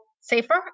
safer